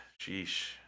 sheesh